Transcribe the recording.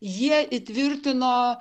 jie įtvirtino